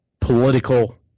political